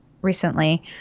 recently